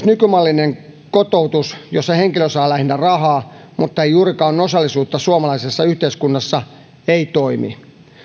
nykymallinen kotoutus jossa henkilö saa lähinnä rahaa mutta ei juurikaan osallisuutta suomalaisessa yhteiskunnassa ei toimi